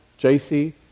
JC